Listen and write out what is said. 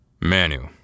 Manu